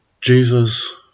Jesus